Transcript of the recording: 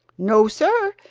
no, sir,